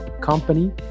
company